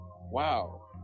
wow